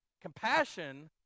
Compassion